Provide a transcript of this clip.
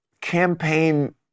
campaign